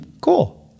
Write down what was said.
cool